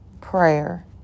prayer